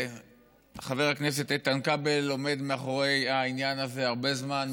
חבר הכנסת איתן כבל עומד מאחורי העניין הזה הרבה זמן,